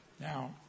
Now